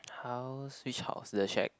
house which house the shack